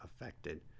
affected